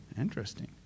interesting